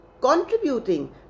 contributing